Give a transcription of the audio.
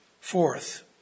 Fourth